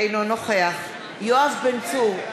אינו נוכח יואב בן צור,